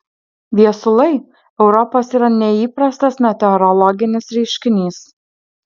viesulai europos yra neįprastas meteorologinis reiškinys